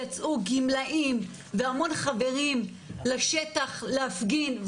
ויצאו גמלאים והמון חברים לשטח להפגין.